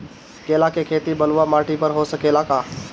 केला के खेती बलुआ माटी पर हो सकेला का?